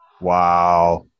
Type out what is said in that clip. Wow